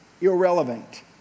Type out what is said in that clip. irrelevant